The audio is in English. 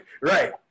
right